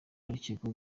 arakekwaho